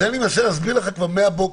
זה אני מנסה להסביר לך כבר מהבוקר.